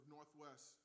Northwest